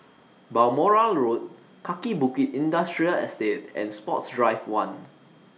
Balmoral Road Kaki Bukit Industrial Estate and Sports Drive one